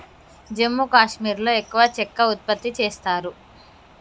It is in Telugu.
జమ్మూ కాశ్మీర్లో ఎక్కువ చెక్క ఉత్పత్తి చేస్తారు